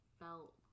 felt